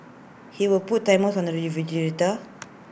he would put timers on the refrigerator